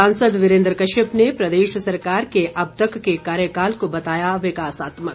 सांसद वीरेंद्र कश्यप ने प्रदेश सरकार के अब तक के कार्यकाल को बताया विकासात्मक